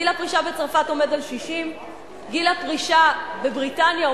גיל הפרישה בצרפת הוא 60. גיל הפרישה בבריטניה הוא